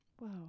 Wow